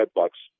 bucks